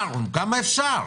כמה אפשר?